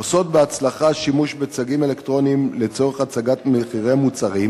עושות בהצלחה שימוש בצגים אלקטרוניים לצורך הצגת מחירי מוצרים,